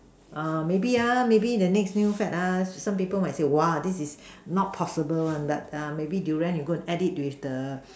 err maybe ah maybe the next new fad ah some people might say !wah! this is not possible one but ah maybe Durian you go and add it with the